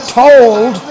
told